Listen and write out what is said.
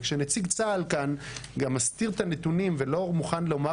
וכשנציג צה"ל כאן גם מסתיר את הנתונים ולא מוכן לומר